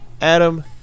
Adam